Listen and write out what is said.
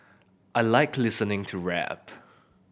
I like listening to rap